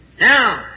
Now